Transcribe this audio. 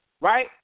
right